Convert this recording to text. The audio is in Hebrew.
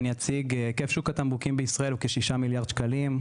היקף שוק התמרוקים בישראל הוא כ-6 מיליארד שקלים.